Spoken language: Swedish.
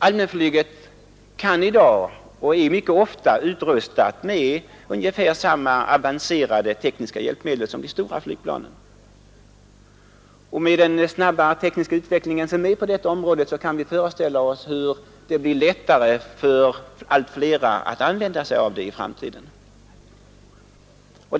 Allmänflyget kan i dag utrustas och är mycket ofta utrustat med ungefär samma avancerade tekniska hjälpmedel som de stora flygplanen. Med den snabba tekniska utvecklingen på detta område kan vi föreställa oss att det blir lättare för allt flera att använda det i framtiden.